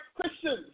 Christians